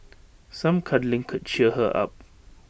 some cuddling could cheer her up